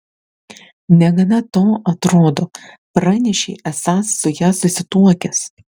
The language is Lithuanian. negana to atrodo pranešei esąs su ja susituokęs